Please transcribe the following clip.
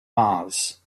mars